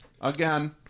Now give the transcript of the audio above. again